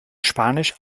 spanisch